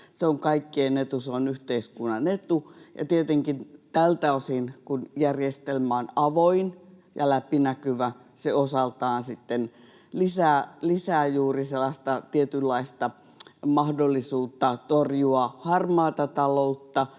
Se on kaikkien etu, ja se on yhteiskunnan etu. Tietenkin tältä osin kun järjestelmä on avoin ja läpinäkyvä, se osaltaan sitten lisää juuri sellaista tietynlaista mahdollisuutta torjua harmaata taloutta.